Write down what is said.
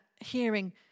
hearing